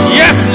yes